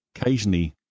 occasionally